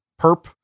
perp